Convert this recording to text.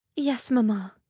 yes, mamma.